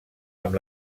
amb